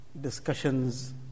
discussions